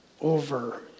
over